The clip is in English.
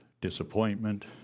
disappointment